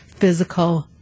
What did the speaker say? physical